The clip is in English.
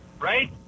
Right